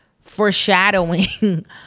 foreshadowing